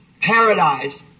paradise